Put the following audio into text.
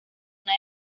una